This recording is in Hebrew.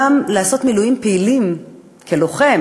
לעשות מילואים פעילים כלוחם.